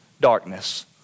darkness